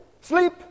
sleep